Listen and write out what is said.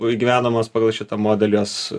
įgyvenamos pagal šitą modelį jos